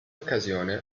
occasione